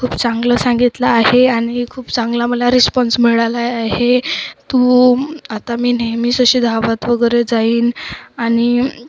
खूप चांगलं सांगितलं आहे आणि खूप चांगला मला रिस्पॉन्स मिळाला आहे तू आता मी नेहमीच अशी धावत वगैरे जाईन आणि